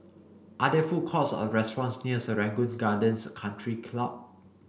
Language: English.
are there food courts or restaurants near Serangoon Gardens Country Club